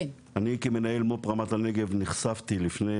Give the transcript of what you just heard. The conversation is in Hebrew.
אני כמנהל מו"פ רמת הנגב נחשפתי לפני